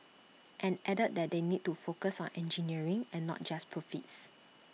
and added that they need to focus on engineering and not just profits